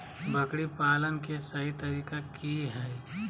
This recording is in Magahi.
बकरी पालन के सही तरीका की हय?